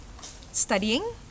studying